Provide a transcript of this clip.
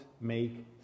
make